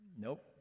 Nope